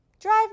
drive